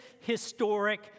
historic